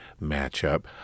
matchup